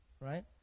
right